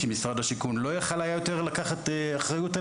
כי משרד השיכון לא יכול היה יותר לקחת עליהם אחריות.